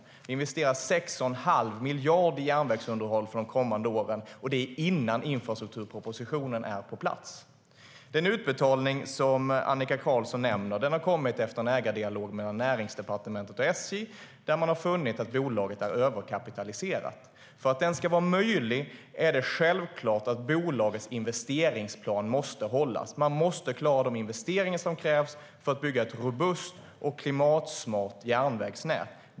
Vi investerar 6 1⁄2 miljard i järnvägsunderhåll för de kommande åren. Det är innan infrastrukturpropositionen är på plats. Den utbetalning som Annika Qarlsson nämner har kommit efter en ägardialog mellan Näringsdepartementet och SJ där man har funnit att bolaget är överkapitaliserat. För att utbetalningen ska vara möjlig är det självklart att bolagets investeringsplan måste hållas. SJ måste klara de investeringar som krävs för att bygga ett robust och klimatsmart järnvägsnät.